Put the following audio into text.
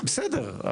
בסדר.